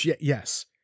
Yes